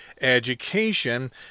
education